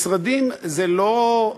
משרדים זה לא,